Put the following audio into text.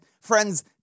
friends